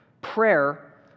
prayer